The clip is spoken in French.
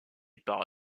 par